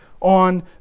on